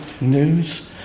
news